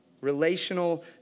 relational